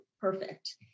perfect